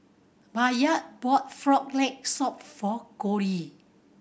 Bayard bought Frog Leg Soup for Kole